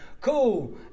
cool